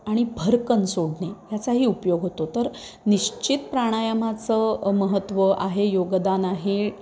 आणि भरकन सोडणे ह्याचाही उपयोग होतो तर निश्चित प्राणायामाचं महत्त्व आहे योगदान आहे